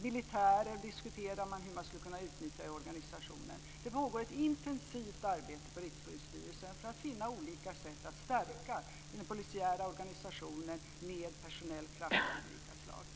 Man diskuterar hur man skulle kunna utnyttja militärer i organisationen. Det pågår ett intensivt arbete på Rikspolisstyrelsen för att finna olika sätt att stärka den polisiära organisationen med personell kraft av olika slag.